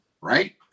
right